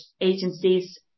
agencies